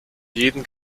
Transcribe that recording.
jeden